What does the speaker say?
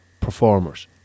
performers